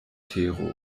tero